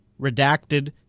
redacted